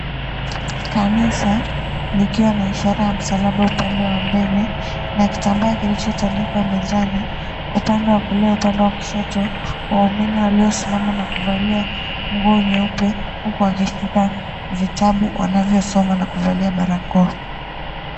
Kanisa, likiwa na ishara ya msalaba upande, wa mbele na kitambaa kilichotandikwa mezani. Upande wa kulia, upande wa kushoto, waumini waliosimama na kuvalia nguo nyeupe, huku wakishika vitabu wanavyosoma na kuvalia barakoa.